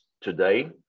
today